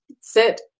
sit